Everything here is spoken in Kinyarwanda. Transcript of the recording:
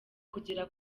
kugera